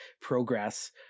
progress